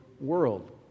world